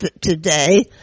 today